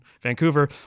Vancouver